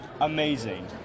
amazing